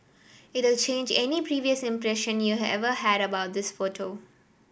it change any previous impression you ever had about this photo